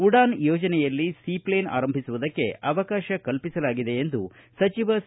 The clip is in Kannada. ಉಡಾನ್ ಯೋಜನೆಯಲ್ಲಿ ಸೀ ಪ್ಷೇನ್ ಆರಂಭಿಸುವುದಕ್ಕೆ ಅವಕಾಶ ಕಲ್ಪಿಸಲಾಗಿದೆ ಎಂದು ಸಚಿವ ಸಿ